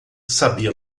sabia